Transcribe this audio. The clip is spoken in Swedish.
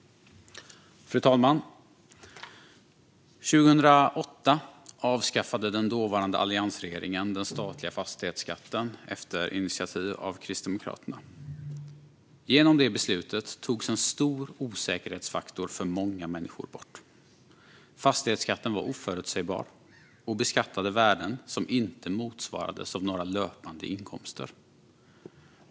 Fru talman! År 2008 avskaffade den dåvarande alliansregeringen den statliga fastighetsskatten, på initiativ av Kristdemokraterna. Genom det beslutet tog man bort en stor osäkerhetsfaktor i många människors liv. Fastighetsskatten var oförutsägbar och beskattade värden som inte motsvarades av några löpande inkomster.